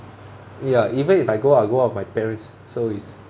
ya even if I go out I go out with my parents so it's